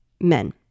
men